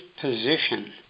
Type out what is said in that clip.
position